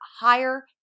higher